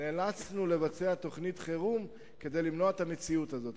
נאלצנו לבצע תוכנית חירום כדי למנוע את המציאות הזאת.